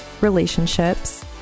relationships